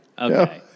Okay